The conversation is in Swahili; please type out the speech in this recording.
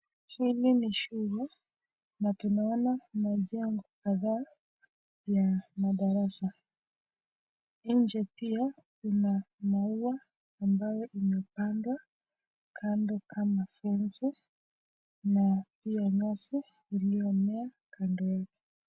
Hili ni shule na tunaona imejaa kila mahali madarasa, nche pia kuna maua, ambayo imepandwa, kando kama fensi na pia nyasi iliomea kando.